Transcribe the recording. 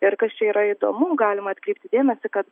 ir kas čia yra įdomu galima atkreipti dėmesį kad